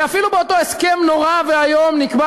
ואפילו באותו הסכם נורא ואיום נקבע